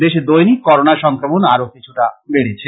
দেশে দৈনিক করোনা সংক্রমণ আরো কিছুটা বেড়েছে